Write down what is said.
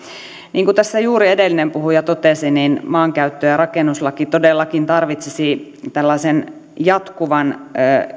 niin kuin tässä juuri edellinen puhuja totesi maankäyttö ja rakennuslaki todellakin tarvitsisi tällaisen jatkuvan